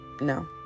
No